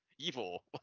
Evil